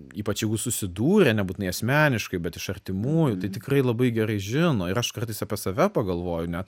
ypač jeigu susidūrę nebūtinai asmeniškai bet iš artimųjų tai tikrai labai gerai žino ir aš kartais apie save pagalvoju net